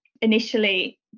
initially